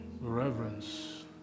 reverence